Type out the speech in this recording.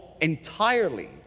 entirely